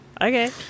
Okay